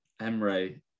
Emre